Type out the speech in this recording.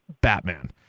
Batman